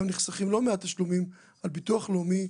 נחסכים גם לא מעט תשלומים על ביטוח לאומי,